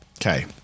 Okay